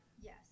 Yes